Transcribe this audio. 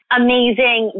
amazing